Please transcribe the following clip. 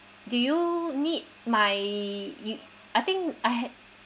do you need my you I think I had